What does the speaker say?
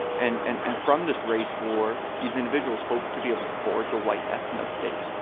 and and and from this race war, these individuals hope to be able to forge a white ethno state